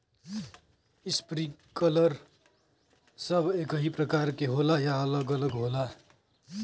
Sprinkler सब एकही प्रकार के होला या अलग अलग होला?